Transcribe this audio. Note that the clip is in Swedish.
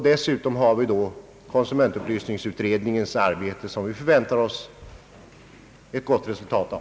Dessutom har vi då konsumentupplysningsutredningens arbete som vi förväntar oss ett gott resultat av.